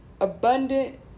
abundant